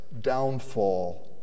downfall